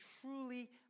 truly